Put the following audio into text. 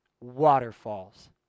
Waterfalls